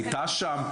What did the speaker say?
הייתה שם.